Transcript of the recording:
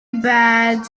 bad